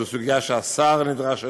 זו סוגיה שהשר נדרש אליה,